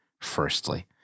firstly